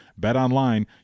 BetOnline